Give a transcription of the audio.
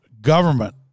government